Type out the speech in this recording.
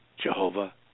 Jehovah